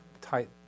tight